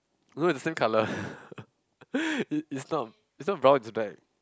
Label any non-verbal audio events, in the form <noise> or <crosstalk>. although is the same colour <laughs> it is not is not brown it's black